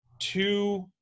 Two